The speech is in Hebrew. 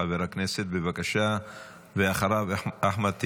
חבר הכנסת, בבקשה, ואחריו, אחמד טיבי.